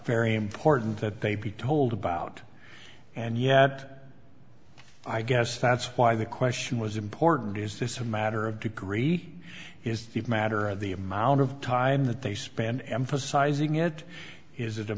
very important that they be told about and yet i guess that's why the question was important is this a matter of degree is it matter of the amount of time that they span emphasizing it is